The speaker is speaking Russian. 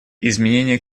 изменение